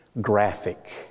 graphic